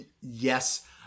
Yes